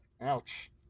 Ouch